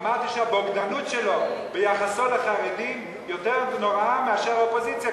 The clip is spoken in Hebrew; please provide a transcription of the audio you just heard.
אמרתי שהבוגדנות שלו ביחסו לחרדים יותר נוראה מאשר האופוזיציה,